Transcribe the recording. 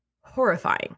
horrifying